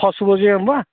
फास्स'बा जाया होमब्ला